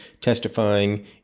testifying